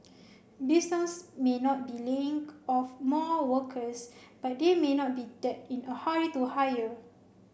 businesses may not be laying off more workers but they may not be that in a hurry to hire